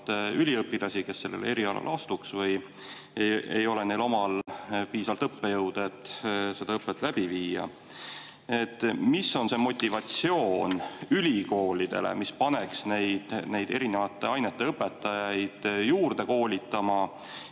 üliõpilasi, kes sellele erialale astuks, või ei ole neil omal piisavalt õppejõude, et seda õpet läbi viia. Mis on see motivatsioon ülikoolidele, mis paneks neid erinevate ainete õpetajaid juurde koolitama